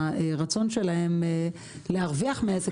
הרצון שלהם להרוויח מעסק,